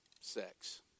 sex